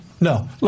No